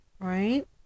right